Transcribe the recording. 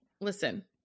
listen